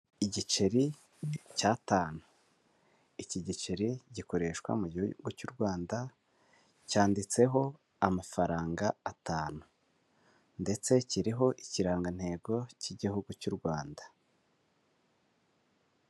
Igiceri cy'atanu, iki giceri gikoreshwa mu gihugu cy'u Rwanda, cyanditseho amafaranga atanu ndetse kiriho Ikirangantego cy'Igihugu cy'u Rwanda.